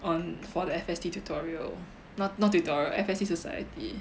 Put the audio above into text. on for the F_S_T tutorial not not tutorial F_S_T society